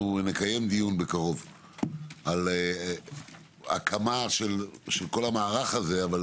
נקיים דיון בקרוב על הקמה של כול המערך הזה אבל